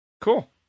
cool